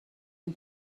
این